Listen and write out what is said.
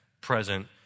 present